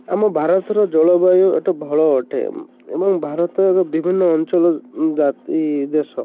ଆମ ଭାରତର ଜଳବାୟୁ ଅଟେ ଭଲ ଅଟେ ଏବଂ ଭାରତ ଏକ ବିଭିନ୍ନ ଅଞ୍ଚଳ ଜାତି ଦେଶ